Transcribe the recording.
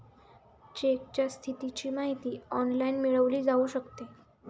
चेकच्या स्थितीची माहिती ऑनलाइन मिळवली जाऊ शकते